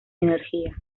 energía